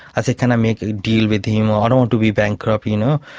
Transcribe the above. i say can i make a deal with him i don't want to be bankrupt, you know?